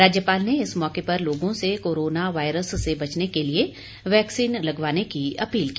राज्यपाल ने इस मौके पर लोगों से कोरोना वायरस से बचने के लिए वैक्सीन लगवाने की अपील की